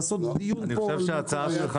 לעשות דיון פה --- אני חושב שההצעה שלך,